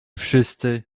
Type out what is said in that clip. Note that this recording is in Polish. wszyscy